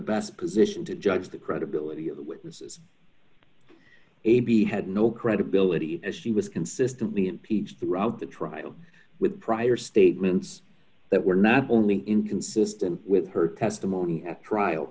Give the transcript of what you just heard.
best position to judge the credibility of the witnesses a b had no credibility as she was consistently impeached throughout the trial with prior statements that were not only inconsistent with her testimony at trial